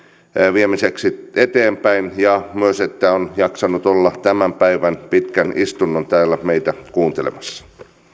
viemiseksi eteenpäin ja myös että on jaksanut olla tämän päivän pitkän istunnon täällä meitä kuuntelemassa